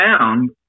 found